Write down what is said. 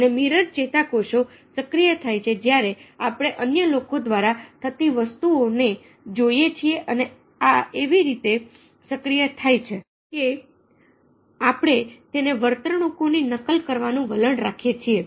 અને મિરર ચેતાકોષો સક્રિય થાય છે જ્યારે આપણે અન્ય લોકો દ્વારા થતી વસ્તુઓ ને જોઈએ છીએ અને આ એવી રીતે સક્રિય થાય છે કે આપણે તેને વર્તણૂકોની નકલ કરવાનું વલણ રાખીએ છીએ